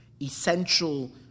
essential